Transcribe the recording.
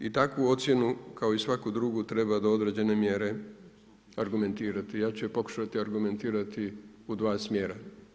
No, i takvu ocjenu, kao i svaku drugu treba do određene mjere argumentirati i ja ću je pokušati argumentirati u 2 smjera.